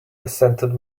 resented